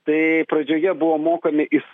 tai pradžioje buvo mokami iš